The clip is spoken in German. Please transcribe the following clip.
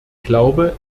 glaube